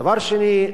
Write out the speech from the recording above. דבר שני,